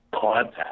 contact